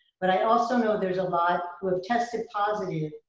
but i also know there's a lot who have tested positive,